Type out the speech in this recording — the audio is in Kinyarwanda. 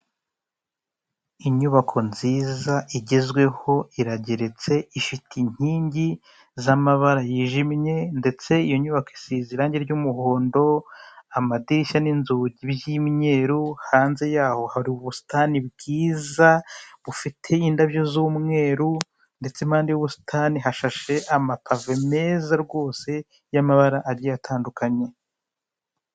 Inyubako nziza igezweho irageretse, ifite inkingi z'amabara yijimye ndetse iyo nyubako isize irangi ry'umuhondo, amadirishya n'inzugi by'imyeru, hanze yaho hari ubusitani bwiza, bufite indabyo z'umweru ndetse impande y'ubusitani hashashe amapave meza rwose y'amabara agiye atandukanye.